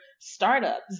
startups